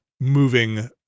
moving